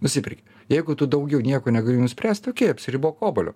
nusiperki jeigu tu daugiau nieko negali nuspręsti okei apsiribok obuolio